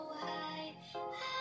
high